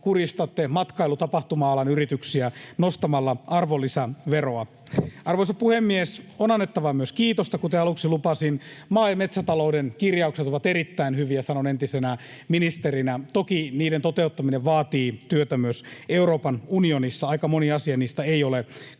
kurjistatte matkailu-, tapahtuma-alan yrityksiä nostamalla arvonlisäveroa. Arvoisa puhemies! On annettava myös kiitosta, kuten aluksi lupasin. Maa- ja metsätalouden kirjaukset ovat erittäin hyviä, sanon entisenä ministerinä. Toki niiden toteuttaminen vaatii työtä myös Euroopan unionissa. Aika moni asia niistä ei ole kansallisessa